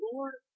Lord